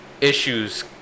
issues